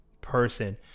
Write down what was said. person